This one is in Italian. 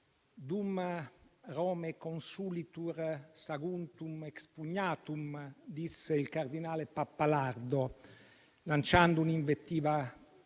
«*Dum Romae consulitur, Saguntum expugnatur*», disse il cardinale Pappalardo lanciando un'invettiva